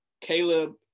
Caleb